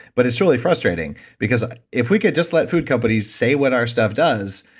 but it's really frustrating because if we could just let food companies say what our stuff does,